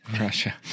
Russia